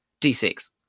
d6